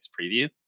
preview